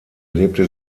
lebte